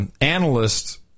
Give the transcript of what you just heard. analysts